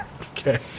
Okay